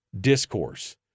discourse